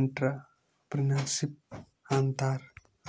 entrepreneurship ಅಂತಾರ್